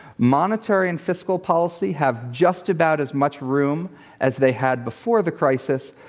monetary and fiscal policy have just about as much room as they had before the crisis.